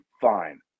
fine